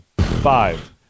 Five